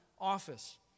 office